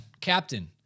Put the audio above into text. captain